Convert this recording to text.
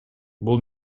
бул